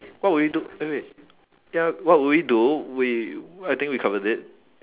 what will you do eh wait ya what will you do we I think we covered it